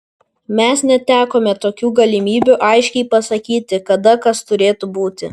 mes netekome tokių galimybių aiškiai pasakyti kada kas turėtų būti